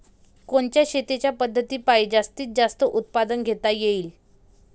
कोनच्या शेतीच्या पद्धतीपायी जास्तीत जास्त उत्पादन घेता येईल?